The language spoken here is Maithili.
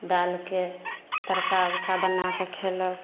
दालिके तड़का उड़का बनाके खेलक